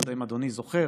אני לא יודע אם אדוני זוכר,